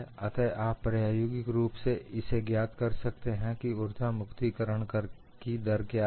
अत आप प्रायोगिक रूप से भी इसे ज्ञात कर सकते हैं कि ऊर्जा मुक्तिकरण की दर क्या है